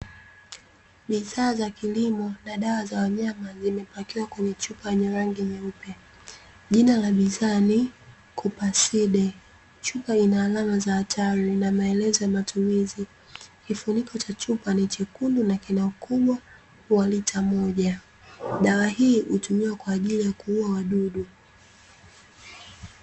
Bidhaa za kilimo na dawa za wanyama zimepakiwa kwenye chupa yenye rangi nyeupe. Jina la bidhaa ni "kupaside". Chupa ina alama za hatari na maelezo ya matumizi, kifuniko cha chupa ni chekundu na kina ukubwa wa lita moja. Dawa hii hutumiwa kwa ajili ya kuuwa wadudu.